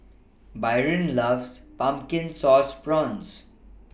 Byron loves Pumpkin Sauce Prawns